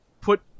Put